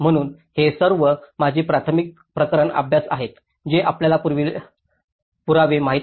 म्हणून हे सर्व माझे प्राथमिक प्रकरण अभ्यास आहेत जे आपल्याला पुरावे माहित आहेत